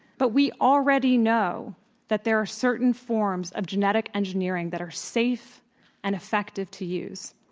but we already know that there are certain forms of genetic engineering that are safe and effective to use.